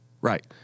Right